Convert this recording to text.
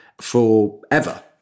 forever